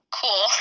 cool